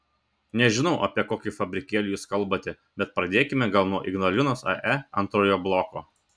nežinau apie kokį fabrikėlį jūs kalbate bet pradėkime gal nuo ignalinos ae antrojo bloko